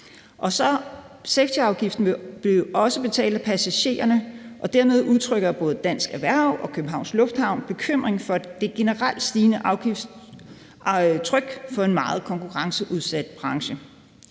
Safetyafgiften bliver også betalt af passagererne, og derfor udtrykker både Dansk Erhverv og Københavns Lufthavn bekymring for det generelt stigende afgiftstryk på en meget konkurrenceudsat branche.